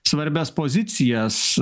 svarbias pozicijas